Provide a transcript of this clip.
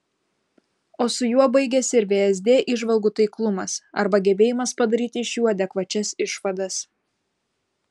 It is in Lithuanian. o su juo baigiasi ir vsd įžvalgų taiklumas arba gebėjimas padaryti iš jų adekvačias išvadas